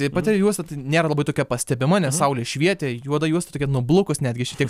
tai pati juosta nėra labai tokia pastebima nes saulė švietė juoda juosta tokia nublukus netgi šitiek